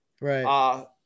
Right